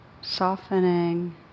Softening